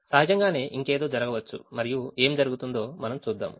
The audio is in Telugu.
సహజంగానే ఇంకేదో జరగవచ్చు మరియు ఏమి జరుగుతుందో మనం చూద్దాము